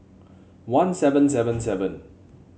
one seven seven seven